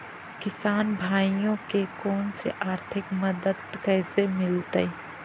किसान भाइयोके कोन से आर्थिक मदत कैसे मीलतय?